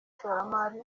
ishoramari